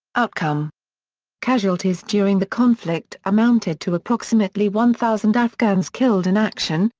outcome casualties during the conflict amounted to approximately one thousand afghans killed in action,